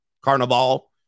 carnival